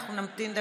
אנחנו נמתין דקה.